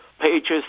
pages